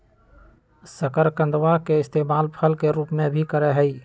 शकरकंदवा के इस्तेमाल फल के रूप में भी करा हई